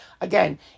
again